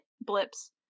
blips